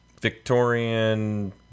Victorian